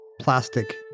plastic